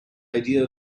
idea